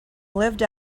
lived